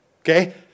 Okay